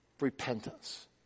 repentance